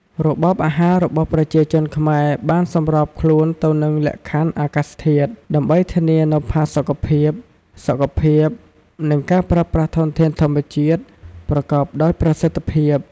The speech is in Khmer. របបអាហាររបស់ប្រជាជនខ្មែរបានសម្របខ្លួនទៅនឹងលក្ខខណ្ឌអាកាសធាតុ ដើម្បីធានានូវផាសុកភាព សុខភាព និងការប្រើប្រាស់ធនធានធម្មជាតិប្រកបដោយប្រសិទ្ធភាព។